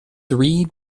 three